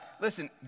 Listen